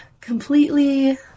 completely